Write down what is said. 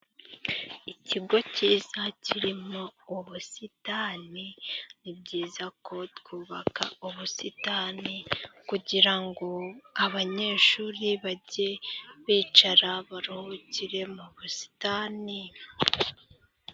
Ikigo cyiza kirimo ubusitani. Ni byiza ko twubaka ubusitani kugira ngo abanyeshuri bajye bicara baruhukire mu busitani.